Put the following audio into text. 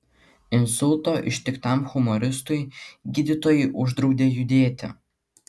insulto ištiktam humoristui gydytojai uždraudė judėti